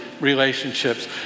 relationships